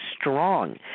strong